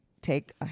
take